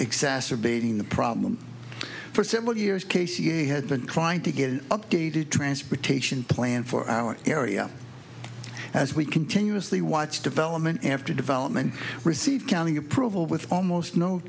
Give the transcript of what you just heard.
exacerbating the problem for several years casey had been trying to get an updated transportation plan for our area as we continuously watch development after development receive counting approval with almost no